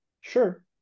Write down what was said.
Sure